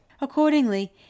Accordingly